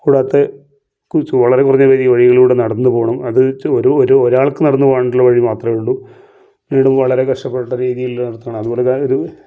കൂടാതെ കുറച്ച് വളരെ കുറഞ്ഞ വഴികളിലൂടെ നടന്നു പോകണം അത് കുറച്ച് ഒര് ഒര് ഒരാൾക്ക് നടന്നു പോകാനുള്ള വഴി മാത്രമേയുള്ളൂ വളരെ കഷ്ടപ്പെട്ട രീതിയിൽ നടത്താണ് അതുപോലെ ഒരു